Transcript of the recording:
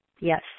Yes